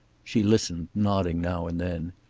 she listened, nodding now and then.